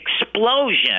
explosion